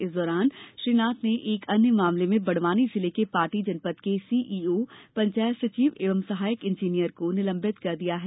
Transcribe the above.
इस दौरान श्री नाथ ने एक अन्य मामले में बड़वानी जिले के पाटी जनपद के सीईओ पंचायत सचिव एवं सहायक इंजीनियर को निलंबित कर दिया है